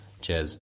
Cheers